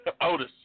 Otis